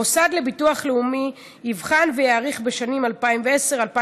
המוסד לביטוח לאומי יבחן ויעריך בשנים 2021-2020